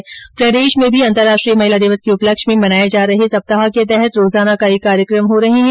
इधर प्रदेश में भी अंतर्राष्ट्रीय महिला दिवस के उपलक्ष में मनाये जा रहे सप्ताह के तहत रोजाना कई कार्यक्रम हो रहे है